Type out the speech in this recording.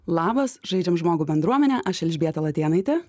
labas žaidžiam žmogų bendruomene aš elžbieta latėnaitė